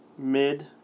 Mid